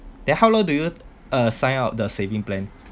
then how long do you uh sign up the saving plan